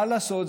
מה לעשות,